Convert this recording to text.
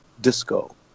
disco